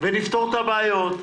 נפתור את הבעיות,